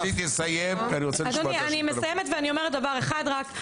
אדוני, אני מסיימת ואני אומרת דבר אחד רק.